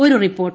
ഒരു റിപ്പോർട്ട്